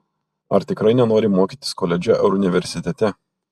ar tikrai nenori mokytis koledže ar universitete